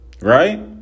right